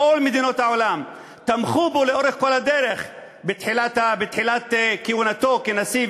כל מדינות העולם תמכו בו לאורך כל הדרך בתחילת כהונתו כנשיא,